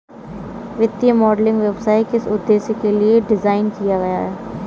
वित्तीय मॉडलिंग व्यवसाय किस उद्देश्य के लिए डिज़ाइन किया गया है?